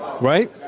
right